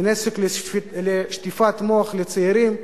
כנשק לשטיפת מוח לצעירים,